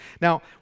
Now